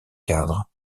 cadre